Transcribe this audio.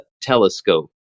telescope